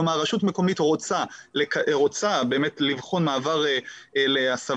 כלומר רשות מקומית רוצה באמת לבחון מעבר להסבת